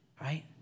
right